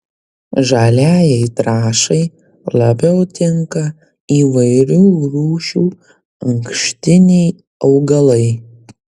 žaliajai trąšai labiau tinka įvairių rūšių ankštiniai augalai